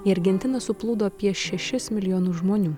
į argentiną suplūdo apie šešis milijonus žmonių